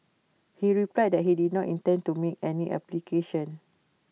he replied that he did not intend to make any application